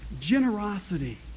generosity